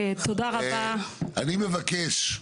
אני מבקש,